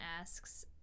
asks